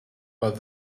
but